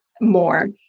more